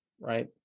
right